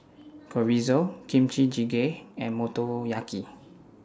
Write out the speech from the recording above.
Chorizo Kimchi Jjigae and Motoyaki